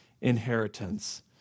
inheritance